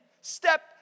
step